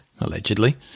allegedly